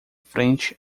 frente